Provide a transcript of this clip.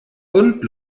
und